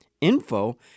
info